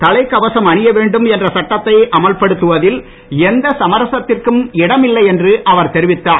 தலைக்கவசம் அணிய வேண்டும் என்ற சட்டத்தை அமல்படுத்துவதில் எந்த சமரசத்திற்கும் இடமில்லை என்று அவர் தெரிவித்துள்ளார்